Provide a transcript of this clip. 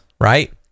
Right